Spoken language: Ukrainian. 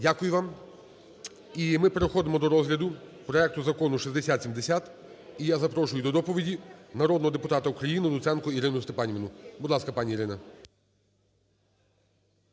Дякую вам. І ми переходимо до розгляду проекту Закону 6070. І я запрошую до доповіді народного депутата України Луценко Ірину Степанівну. Будь ласка, пані Ірина.